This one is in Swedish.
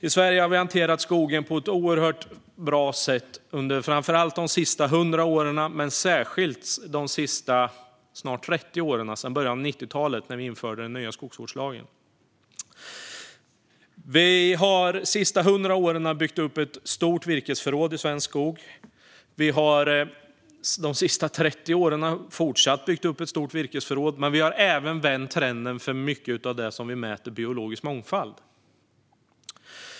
I Sverige har vi hanterat skogen på ett oerhört bra sätt under de sista 100 åren och särskilt under de sista snart 30 åren, sedan början av 90-talet när vi införde den nya skogsvårdslagen. Vi har under de sista 100 åren byggt upp ett stort virkesförråd i svensk skog. Vi har de sista 30 åren fortsatt att bygga upp ett stort virkesförråd, men vi har även vänt trenden för mycket av det som vi mäter när det gäller den biologiska mångfalden.